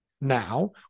Now